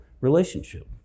relationship